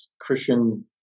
Christian